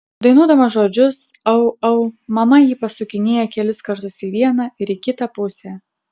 dainuodama žodžius au au mama jį pasukinėja kelis kartus į vieną ir į kitą pusę